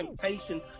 temptation